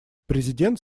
президент